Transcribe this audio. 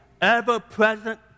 ever-present